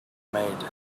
maid